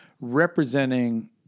representing